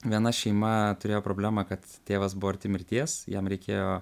viena šeima turėjo problemą kad tėvas buvo arti mirties jam reikėjo